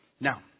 now